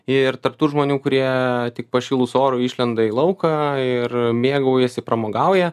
ir tarp tų žmonių kurie tik pašilus orui išlenda į lauką ir mėgaujasi pramogauja